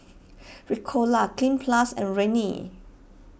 Ricola Cleanz Plus and Rene